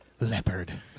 Leopard